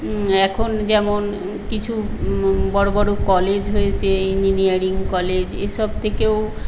এখন যেমন কিছু বড় বড় কলেজ হয়েছে ইঞ্জিনিয়ারিং কলেজ এসব থেকেও